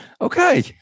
Okay